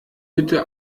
bitte